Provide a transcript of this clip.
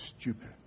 stupid